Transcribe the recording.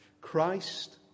Christ